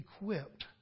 equipped